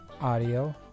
Audio